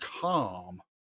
calm